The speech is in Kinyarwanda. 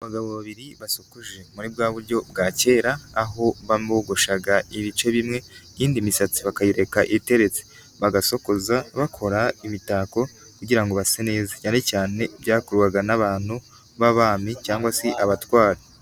Abagabo babiri basokoje muri bwa buryo bwa kera, aho babogoshaga ibice bimwe, iyindi misatsi bakayireka iteretse, bagasokoza bakora imitako kugira ngo base neza, cyane cyane byakorwaga n'abantu b'abami cyangwa se abatware.